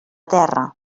terra